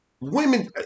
Women